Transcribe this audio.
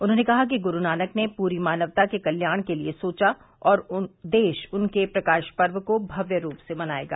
उन्होंने कहा कि गुरु नानक ने पूरी मानवता के कल्याण के लिए सोचा और देश उनके प्रकाश पर्व को भव्य रूप से मनाएगा